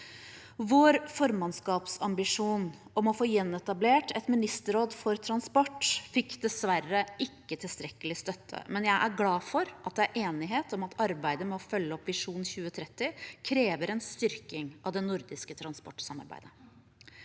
Vår formannskapsambisjon om å få gjenetablert et ministerråd for transport fikk dessverre ikke tilstrekkelig støtte, men jeg er glad for at det er enighet om at arbeidet med å følge opp Visjon 2030 krever en styrking av det nordiske transportsamarbeidet.